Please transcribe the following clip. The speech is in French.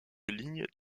ligne